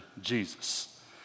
Jesus